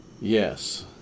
Yes